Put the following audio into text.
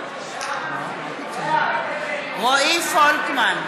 בעד רועי פולקמן,